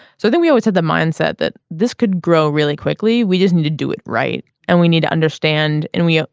so we always had the mindset that this could grow really quickly we just need to do it right and we need to understand and we. ah